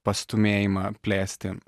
pastūmėjimą plėsti